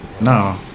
No